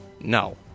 No